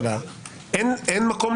בוקר טוב,